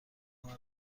مرا